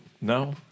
No